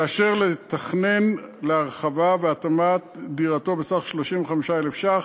לאשר לתכנן הרחבה והתאמה של דירתו בסך 35,000 ש"ח,